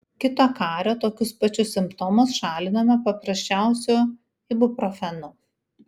kito kario tokius pačius simptomus šalinome paprasčiausiu ibuprofenu